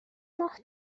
ماه